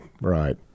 Right